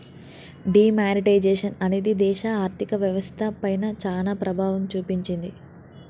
D monetisation అనేది దేశ ఆర్ధిక వ్యవస్థ పైన చానా ప్రభావం చూపించింది